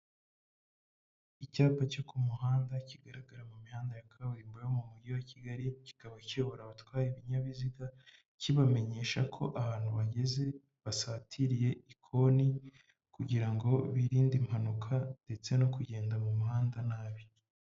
Icyapa cyo ku muhanda kigaragara mu mihanda ya kaburimbo yo mu mujyi wa kigali kikaba kiyobora abatwaye ibinyabiziga, kibamenyesha ko ahantu bageze basatiriye ikoni kugira ngo birinde impanuka ndetse no kugenda mu muhanda nabi.